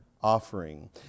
offering